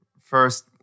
first